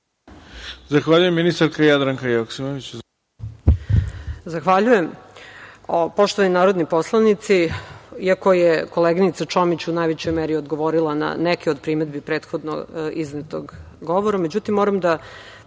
Zahvaljujem. Ministarka Jadranka Joksimović.